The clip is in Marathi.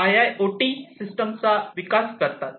आणि आयआयओटी सिस्टमचा विकास करतात